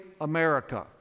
America